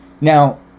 Now